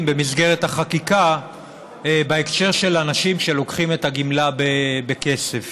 במסגרת החקיקה בהקשר של אנשים שלוקחים את הגמלה בכסף.